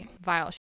Vile